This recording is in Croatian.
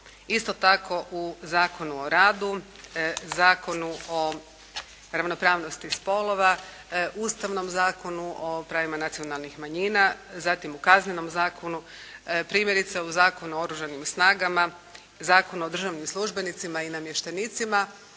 Isto tako u Zakonu o radu, Zakonu o ravnopravnosti spolova, Ustavnom zakonu o pravima nacionalnih manjina, zatim u Kaznenom zakonu. Primjerice u Zakonu o Oružanim snagama, Zakonu o državnim službenicima i namještenicima,